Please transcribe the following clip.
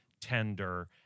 tender